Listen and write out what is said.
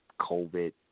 COVID